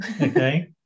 okay